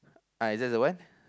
I just the one